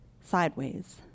sideways